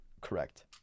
correct